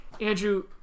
andrew